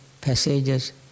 passages